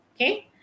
okay